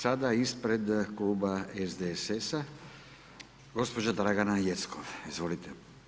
Sada ispred Kluba SDSS-a, gospođa Dragana Jeckov, izvolite.